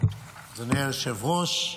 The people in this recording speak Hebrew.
אדוני היושב-ראש,